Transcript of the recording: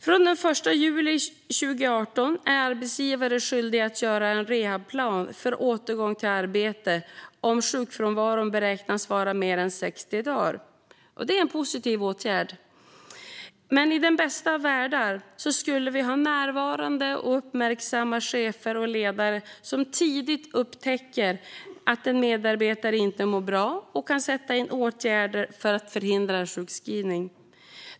Från den 1 juli 2018 är arbetsgivare skyldiga att göra en rehabplan för återgång till arbete om sjukfrånvaron beräknas vara mer än 60 dagar. Det är en positiv åtgärd. I den bästa av världar skulle vi ha närvarande och uppmärksamma chefer och ledare som tidigt upptäcker att en medarbetare inte mår bra och som kan sätta in åtgärder för att förhindra en sjukskrivning.